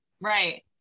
Right